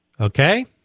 Okay